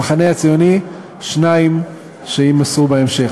המחנה הציוני, שני שמות יימסרו בהמשך.